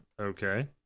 okay